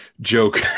joke